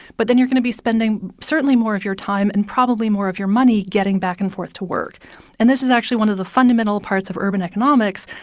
but then you're going to be spending certainly more of your time and probably more of your money getting back and forth to work and this is actually one of the fundamental parts of urban economics.